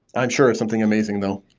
i'm sure it's something amazing though.